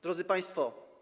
Drodzy Państwo!